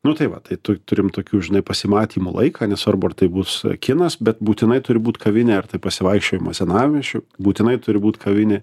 nu tai va tai tu turim tokių žinai pasimatymų laiką nesvarbu ar tai bus kinas bet būtinai turi būt kavinė ar tai pasivaikščiojimas senamiesčiu būtinai turi būt kavinė